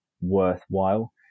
worthwhile